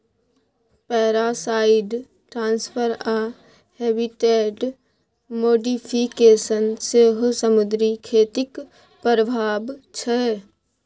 parasite transfer आ habitat modification सेहो समुद्री खेतीक प्रभाब छै